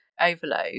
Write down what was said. overload